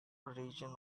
region